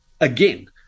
again